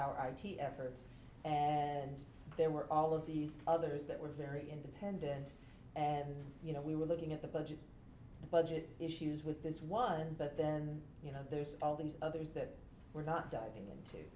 id efforts and there were all of these others that were very independent and you know we were looking at the budget the budget issues with this one but then you know there's all these others that we're not diving into